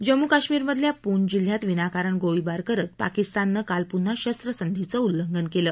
जम्मू काश्मीरमधल्या पूंछ जिल्ह्यात विनाकारण गोळीबार करत पाकिस्ताननं काल पुन्हा शास्त्रसंधीचं उल्लंघन केलं